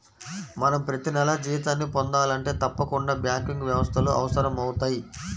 మనం ప్రతినెలా జీతాన్ని పొందాలంటే తప్పకుండా బ్యాంకింగ్ వ్యవస్థలు అవసరమవుతయ్